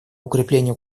укреплению